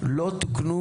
לא תוקנו